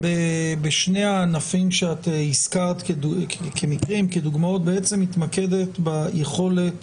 בשני הענפים שאת הזכרת כדוגמאות בעצם מתמקדת ביכולת